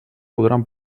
podran